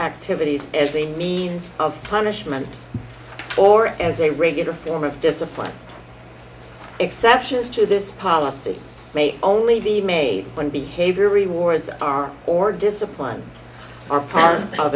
activities as a means of punishment or as a regular form of discipline exceptions to this policy may only be made when behavior rewards are or disciplines are part of